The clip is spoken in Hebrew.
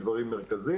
בדברים מרכזיים.